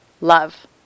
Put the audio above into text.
love